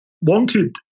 wanted